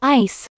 ice